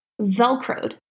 Velcroed